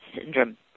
syndrome